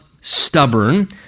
stubborn